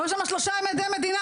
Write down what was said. היו שם שלושה עדי מדינה.